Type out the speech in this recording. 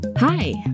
Hi